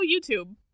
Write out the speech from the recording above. YouTube